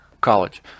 college